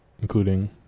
including